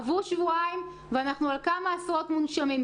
עברו שבועיים, ואנחנו על כמה עשרות מונשמים.